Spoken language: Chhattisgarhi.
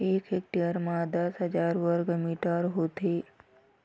एक हेक्टेयर म दस हजार वर्ग मीटर होथे